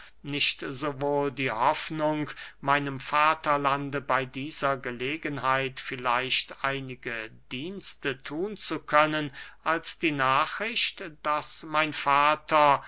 nicht sowohl die hoffnung meinem vaterlande bey dieser gelegenheit vielleicht einige dienste thun zu können als die nachricht daß mein vater